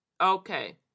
Okay